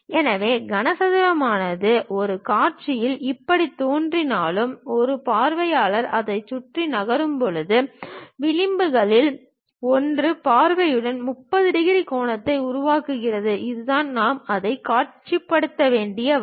எனவே கனசதுரமானது ஒரு காட்சியில் இப்படித் தோன்றினாலும் ஒரு பார்வையாளர் அதைச் சுற்றி நகரும்போது விளிம்புகளில் ஒன்று பார்வையுடன் 30 டிகிரி கோணத்தை உருவாக்குகிறது அதுதான் நாம் அதைக் காட்சிப்படுத்த வேண்டிய வழி